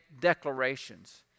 declarations